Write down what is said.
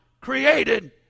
created